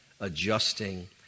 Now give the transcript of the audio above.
adjusting